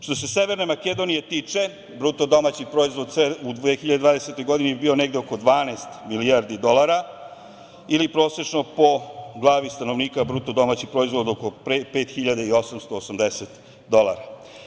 Što se Severne Makedonije tiče bruto domaćih proizvod se u 2020. godini je bio negde oko 12 milijardi dolara ili prosečno po glavi stanovnika je bruto proizvod oko 5.880 dolara.